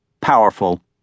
powerful